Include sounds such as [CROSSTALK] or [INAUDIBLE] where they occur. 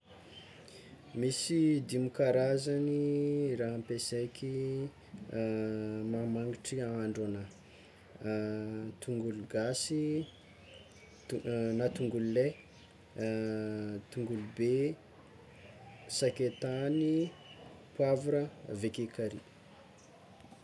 Misy dimy karazany raha ampiasaiky [HESITATION] mahamangitry ahandro anah: tongolo gasy, to- na tongolo ley, tongolo be, sakaitany, poavra aveke carry.